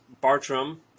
Bartram